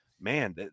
man